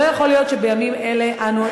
לא יכול להיות שבימים אלה אנו,